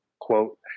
quote